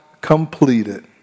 completed